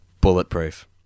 bulletproof